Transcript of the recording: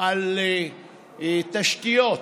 על תשתיות